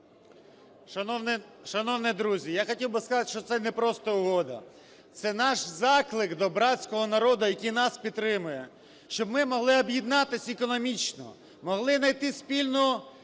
Шановні друзі, я хотів би сказати, що це не просто угода. Це наш заклик до братського народу, який нас підтримує, щоб ми могли об'єднатись економічно, могли найти спільну